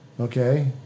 okay